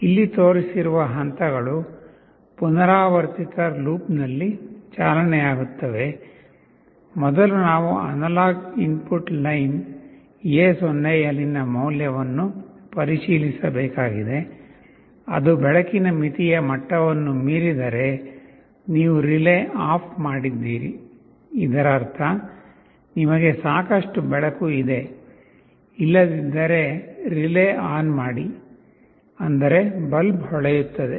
ಇಲ್ಲಿ ತೋರಿಸಿರುವ ಹಂತಗಳು ಪುನರಾವರ್ತಿತ ಲೂಪ್ನಲ್ಲಿ ಚಾಲನೆಯಾಗುತ್ತವೆ ಮೊದಲು ನಾವು ಅನಲಾಗ್ ಇನ್ಪುಟ್ ಲೈನ್ A0 ಯಲ್ಲಿನ ಮೌಲ್ಯವನ್ನು ಪರಿಶೀಲಿಸಬೇಕಾಗಿದೆ ಅದು ಬೆಳಕಿನ ಮಿತಿಯ ಮಟ್ಟವನ್ನು ಮೀರಿದರೆ ನೀವು ರಿಲೇ ಆಫ್ ಮಾಡಿದ್ದೀರಿ ಇದರರ್ಥ ನಿಮಗೆ ಸಾಕಷ್ಟು ಬೆಳಕು ಇದೆ ಇಲ್ಲದಿದ್ದರೆ ರಿಲೇ ಆನ್ ಮಾಡಿ ಅಂದರೆ ಬಲ್ಬ್ ಹೊಳೆಯುತ್ತದೆ